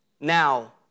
Now